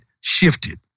shifted